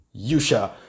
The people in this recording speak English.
Yusha